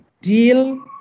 deal